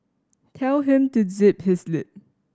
tell him to zip his lip